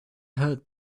heard